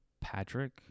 Patrick